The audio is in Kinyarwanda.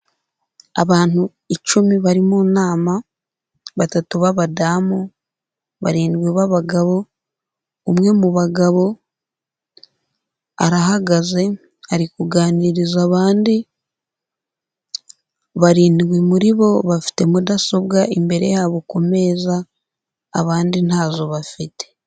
Abantu icumi bari mu nama, batatu b'abadamu, barindwi b'abagabo, umwe mu bagabo arahagaze ari kuganiriza abandi, barindwi muri bo bafite mudasobwa imbere yabo ku meza, abandi ntazo bafite.